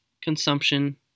consumption